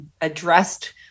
addressed